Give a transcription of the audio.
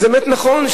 זה באמת נכון,